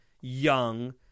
young